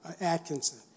Atkinson